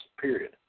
period